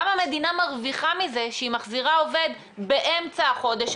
גם המדינה מרוויחה מזה שהיא מחזירה עובד באמצע החודש,